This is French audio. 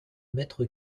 mètre